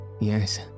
Yes